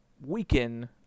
weaken